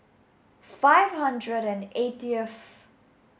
five hundred and eightieth